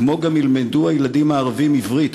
כמו גם ילמדו הילדים הערבים עברית,